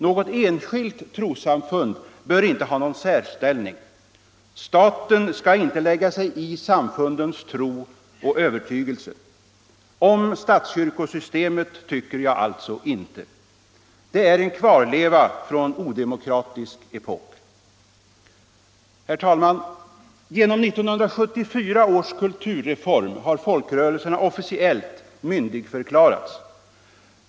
Något enskilt trossamfund bör inte ha någon särställning. Staten skall inte lägga sig i samfundens tro och övertygelse. Om statskyrkosystemet tycker jag alltså inte. Det är en kvarleva från en odemokratisk epok. Herr talman! Genom 1974 års kulturreform har folkrörelserna officiellt myndigförklarats.